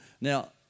Now